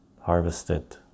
harvested